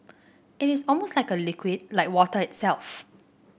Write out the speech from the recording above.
it is almost like a liquid like water itself